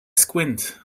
squint